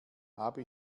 habe